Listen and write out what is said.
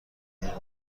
قایق